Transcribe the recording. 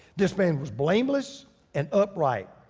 this man was blameless and upright.